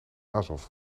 azov